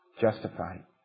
justified